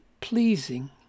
pleasing